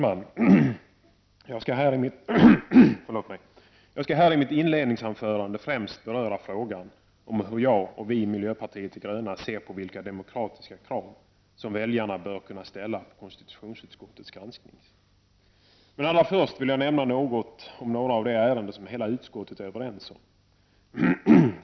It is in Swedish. Herr talman! Jag skall här i mitt inledningsanförande främst beröra frågan om hur jag och vi i miljöpartiet de gröna ser på vilka demokratiska krav som väljarna bör kunna ställa på konstitutionsutskottets granskningsarbete. Men allra först vill jag nämna något om några av de ärenden där hela utskottet är överens.